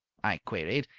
i queried,